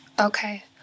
Okay